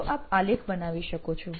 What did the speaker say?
તો આપ આલેખ બનાવી શકો છો